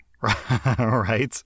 Right